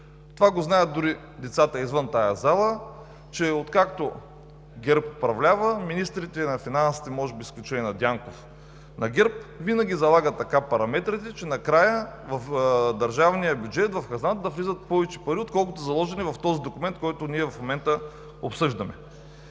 Това го знаят дори децата извън тази зала: че откакто ГЕРБ управлява министрите на финансите, може би с изключение на Дянков, винаги залагат така параметрите, че накрая в държавния бюджет, в хазната, да влизат повече пари, отколкото са заложени в този документ, който ние в момента обсъждаме.